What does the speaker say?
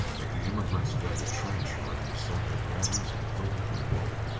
but the emigrants dug a trench around the circled wagons and filled it with water.